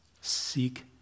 Seek